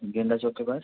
गेंदा चौक के पास